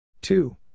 two